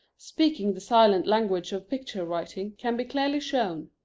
speaking the silent language of picture writing, can be clearly shown.